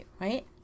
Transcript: right